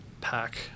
pack